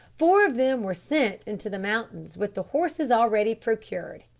four of them were sent into the mountains with the horses already procured.